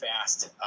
fast